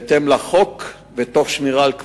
בהתאם לחוק ותוך שמירה על כבודן.